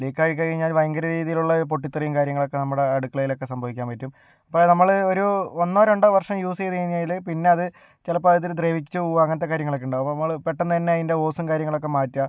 leak ആയിക്കഴിഞ്ഞാൽ ഭയങ്കര രീതിയിലുള്ള പൊട്ടിത്തെറിയും കാര്യങ്ങളൊക്കെ നമ്മുടെ അടുക്കളയിലൊക്കെ സംഭവിക്കാൻ പറ്റും അപ്പം നമ്മളൊരു ഒന്നോ രണ്ടോ വർഷം യൂസ് ചെയ്തു കഴിഞ്ഞാൽ പിന്നെ അത് ചിലപ്പോൾ അത് ഇരുന്ന് ദ്രവിച്ചു പോവുക അങ്ങനത്തെ കാര്യങ്ങളൊക്കെ ഉണ്ടാകും അപ്പോൾ നമ്മൾ പെട്ടെന്ന് തന്നെ അതിൻ്റെ ഓസും കാര്യങ്ങളൊക്കെ മാറ്റുക